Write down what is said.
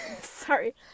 sorry